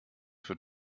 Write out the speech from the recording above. für